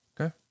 Okay